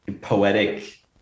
poetic